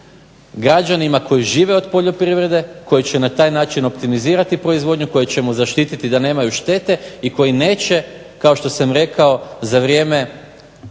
građanima koji žive od poljoprivrede, koji će na taj način optimizirati proizvodnju, koje ćemo zaštititi da nemaju štete i koji neće kao što sam rekao za vrijeme